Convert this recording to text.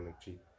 cheap